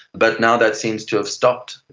but now that seems to have stopped.